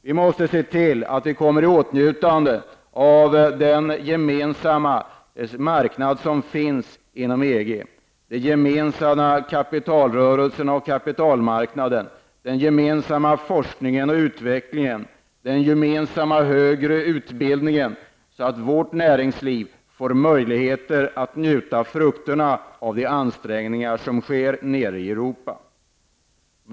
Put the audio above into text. Vi måste se till att vi kommer i åtnjutande av den gemensamma marknad som finns inom EG, de gemensamma kapitalrörelserna, den gemensamma kapitalmarknaden, den gemensamma forskningen och utvecklingen och den gemensamma högre utbildningen, så att vårt näringsliv får möjlighet att njuta frukterna av de ansträngningar som sker nere i Europa.